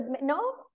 no